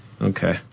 Okay